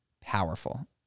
powerful